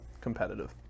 competitive